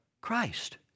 Christ